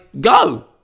go